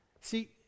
See